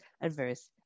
adverse